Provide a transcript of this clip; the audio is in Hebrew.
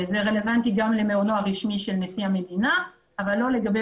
זה רלוונטי גם למעונו הרשמי של נשיא המדינה אבל לא לגבי